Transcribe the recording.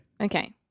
Okay